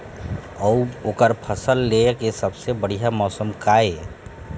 अऊ ओकर फसल लेय के सबसे बढ़िया मौसम का ये?